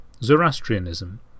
Zoroastrianism